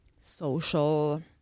social